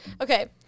Okay